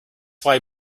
why